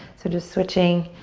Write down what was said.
so just switching